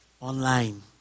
online